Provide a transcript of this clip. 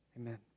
Amen